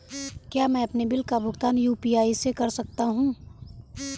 क्या मैं अपने बिल का भुगतान यू.पी.आई से कर सकता हूँ?